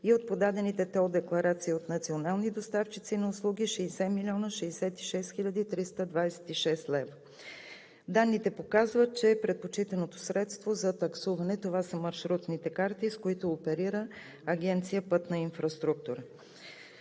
и от подадените тол декларации от национални доставчици на услуги – 60 млн. 66 хил. 326 лв. Данните показват, че предпочитаното средство за таксуване са маршрутните карти, с които оперира Агенция „Пътна инфраструктура“.